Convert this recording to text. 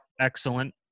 excellent